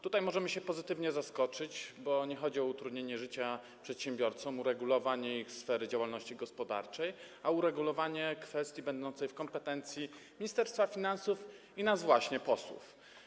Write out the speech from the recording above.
Tutaj możemy być pozytywnie zaskoczeni, bo nie chodzi o utrudnianie życia przedsiębiorcom, uregulowanie ich sfery działalności gospodarczej, ale o uregulowanie kwestii będących w kompetencji Ministerstwa Finansów i właśnie nas, posłów.